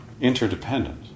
interdependent